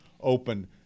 open